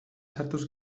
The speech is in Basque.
sartuz